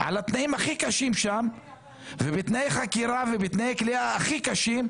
ובתנאי חקירה ובתנאי כליאה הכי קשים,